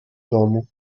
domu